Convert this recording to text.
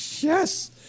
yes